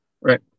right